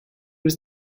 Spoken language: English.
was